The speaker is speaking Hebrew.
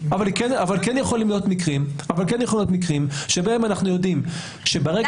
אבל כן יכולים להיות מקרים שבהם אנחנו יודעים שברגע